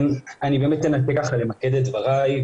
אני אנסה למקד את דבריי.